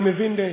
אני מבין,